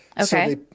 Okay